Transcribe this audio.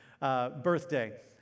birthday